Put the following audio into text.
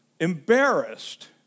embarrassed